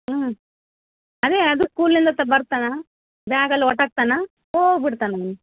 ಹ್ಞೂ ಅದೇ ಅದು ಸ್ಕೂಲಿಂದ ತ ಬರ್ತಾನ ಬ್ಯಾಗ್ ಅಲ್ಲಿ ಹೊತ್ತಾಗ್ತಾನ ಹೋಗ್ಬಿಡ್ತಾನ